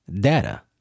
data